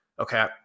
okay